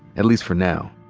at least for now.